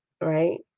right